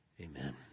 amen